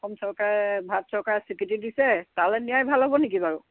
অসম চৰকাৰে ভাৰত চৰকাৰে স্বীকৃতি দিছে তালৈ নিয়াই ভাল হ'ব নেকি বাৰু